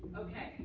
ok.